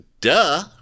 duh